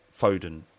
Foden